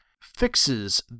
fixes